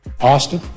Austin